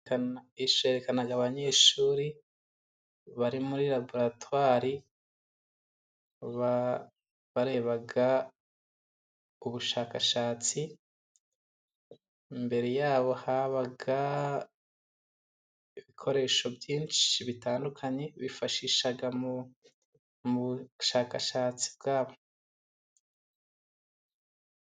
iyishusho yerekana abanyeshuri, bari muri laboratwari, bareba ubushakashatsi, mbere yabo habaga ibikoresho byinshi bitandukanye, bifashishaga bushakashatsi bwabo.